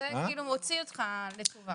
זה כאילו מוציא אותך לטובה.